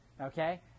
okay